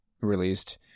released